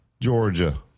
Georgia